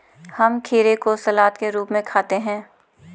हम खीरे को सलाद के रूप में खाते हैं